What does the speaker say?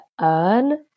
earn